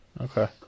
Okay